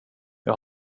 jag